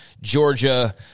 Georgia –